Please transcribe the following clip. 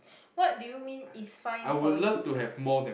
what do you mean is fine for you